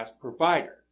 provider